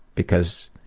because,